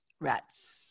rats